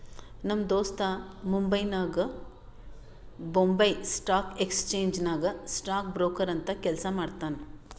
ನಮ್ ದೋಸ್ತ ಮುಂಬೈನಾಗ್ ಬೊಂಬೈ ಸ್ಟಾಕ್ ಎಕ್ಸ್ಚೇಂಜ್ ನಾಗ್ ಸ್ಟಾಕ್ ಬ್ರೋಕರ್ ಅಂತ್ ಕೆಲ್ಸಾ ಮಾಡ್ತಾನ್